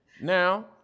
Now –